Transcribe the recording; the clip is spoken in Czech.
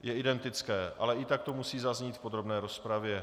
Je identické, ale i tak to musí zaznít v podrobné rozpravě.